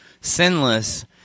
sinless